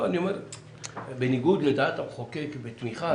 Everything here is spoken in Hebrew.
לפני שאני ניגש לסיכום,